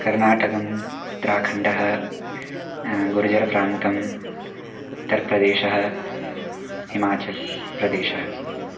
कर्नाटकम् उत्राखण्डः गुर्जरप्रान्तम् उत्तर्प्रदेशः हिमाचल् प्रदेशः